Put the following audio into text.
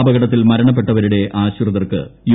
അപകടത്തിൽ മരണപ്പെട്ടവരുടെ ആശ്രിതർക്ക് യു